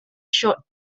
short